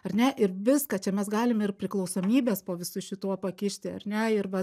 ar ne ir viską čia mes galim ir priklausomybės po visu šituo pakišti ar ne ir vat